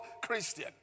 Christian